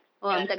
ya